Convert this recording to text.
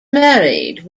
married